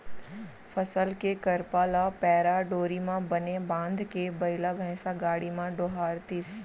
फसल के करपा ल पैरा डोरी म बने बांधके बइला भइसा गाड़ी म डोहारतिस